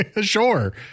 sure